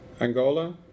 Angola